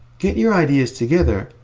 get your ideas together,